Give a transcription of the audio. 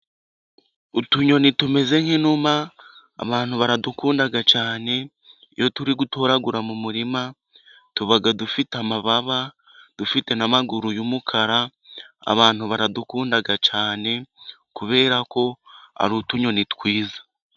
Utunyoni tumeze nk'inuma abantu baradukunda cyane iyo turi gutoragura mu murima tuba dufite amababa ,dufite na maguru y'umukara abantu baradukunda cyane ,kubera ko ari utunyoni twiza.